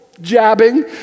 jabbing